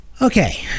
Okay